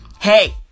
Hey